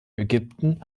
ägypten